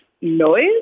noise